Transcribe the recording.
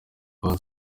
hotel